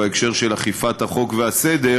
בהקשר של אכיפת החוק והסדר,